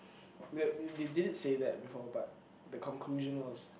that did did did you say that before but the conclusion was